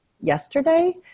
yesterday